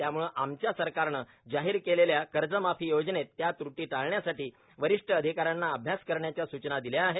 त्यामुळे आमच्या सरकारने जाहीर केलेल्या कर्जमाफी योजनेत त्या व्रटी टाळण्यासाठी वरिष्ठ अधिका यांना अभ्यास करण्याच्या सुचना दिल्या आहेत